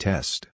Test